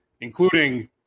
including